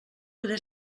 poder